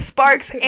Sparks